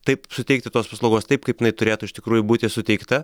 taip suteikti tos paslaugos taip kaip jinai turėtų iš tikrųjų būti suteikta